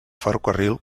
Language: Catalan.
ferrocarril